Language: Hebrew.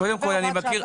קודם כל אני מכיר,